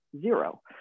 zero